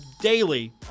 daily